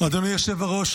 אדוני היושב בראש,